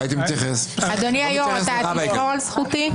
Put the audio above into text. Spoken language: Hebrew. --- אדוני היו"ר, אתה תשמור על זכותי?